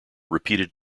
repeated